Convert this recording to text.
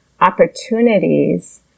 opportunities